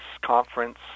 Conference